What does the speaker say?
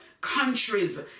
countries